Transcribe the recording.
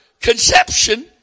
conception